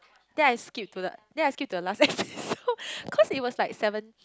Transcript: then I skip to the then I skip to the last episode so cause it was like seven